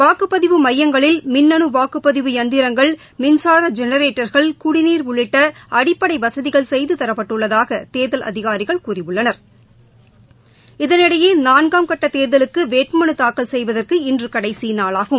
வாக்குப்பதிவு மையங்களில் மின்னனுவாக்குப்பதிவு எந்திரங்கள் மின்சாரஜெனரேட்டர்கள் குடிநீர் உள்ளிட்ட அடிப்படைவசதிகள் செய்துதரப்பட்டுள்ளதாகதேர்தல் அதிகாரிகள் கூறியுள்ளனா் இதனிடையேநான்காம் கட்டதேர்தலுக்குவேட்புமனுதாக்கல் செய்வதற்கு இன்றுகடைசிநாளாகும்